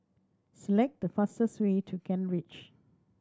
select the fastest way to Kent Ridge